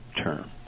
term